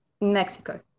mexico